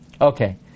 Okay